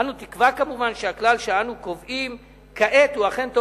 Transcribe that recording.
אנו תקווה שהכלל שאנו קובעים כעת הוא אכן טוב